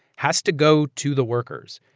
has to go to the workers.